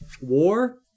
War